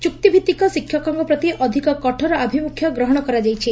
ଚୁକ୍ତିଭିଭିକ ଶିକ୍ଷକଙ୍କ ପ୍ରତି ଅଧିକ କଠୋର ଆଭିମୁଖ୍ୟ ଗ୍ରହଣ କରାଯାଇଛି